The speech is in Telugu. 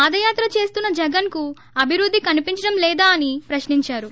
పాదయాత్ర చేస్తున్న జగన్కు అభివృద్ధి కనిపించడం లేదా అని ప్రశ్నించారు